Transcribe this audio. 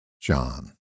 John